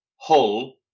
Hull